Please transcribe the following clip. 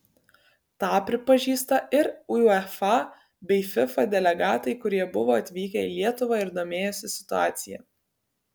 tą pripažįsta ir uefa bei fifa delegatai kurie buvo atvykę į lietuvą ir domėjosi situacija